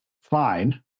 fine